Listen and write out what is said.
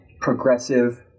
progressive